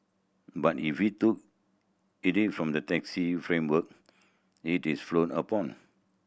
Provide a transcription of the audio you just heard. but if we from the taxi framework it is frowned upon